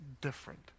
different